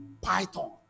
python